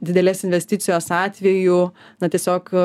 didelės investicijos atveju na tiesiog